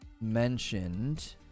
mentioned